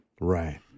right